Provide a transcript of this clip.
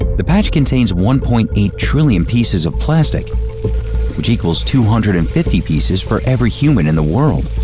ah the patch contains one point eight trillion pieces of plastic which equals two hundred and fifty pieces for every human in the world.